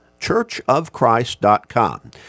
churchofchrist.com